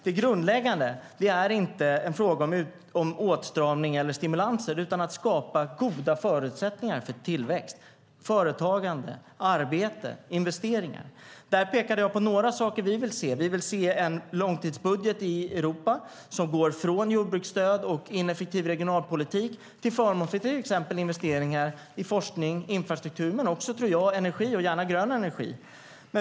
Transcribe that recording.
Det grundläggande är inte en fråga om åtstramning eller stimulanser utan att skapa goda förutsättningar för tillväxt, företagande, arbete och investeringar. Där pekade jag på några saker vi vill se. Vi vill se en långtidsbudget i Europa som går från jordbruksstöd och ineffektiv regionalpolitik till förmån för till exempel investeringar i forskning och infrastruktur men också energi och gärna grön energi.